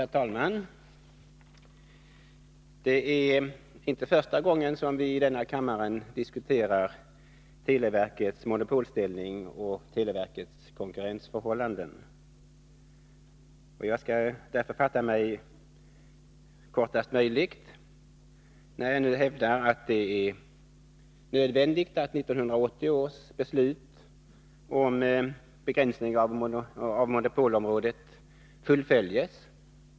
Herr talman! Det är inte första gången som vi diskuterar televerkets monopolställning och konkurrensförhållanden. Jag skall därför fatta mig kortast möjligt, när jag nu hävdar att det är nödvändigt att 1980 års beslut om begränsning av monopolområdet fullföljs.